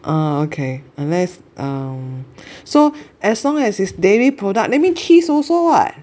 ah okay unless um so as long as it's dairy product that means cheese also [what]